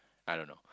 I don't know